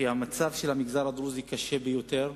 שהמצב של המגזר הדרוזי קשה ביותר,